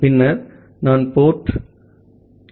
பின்னர் நான் போர்ட் எண்ணை வைத்திருக்கிறேன்